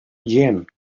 jähn